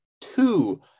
two